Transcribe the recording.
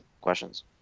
questions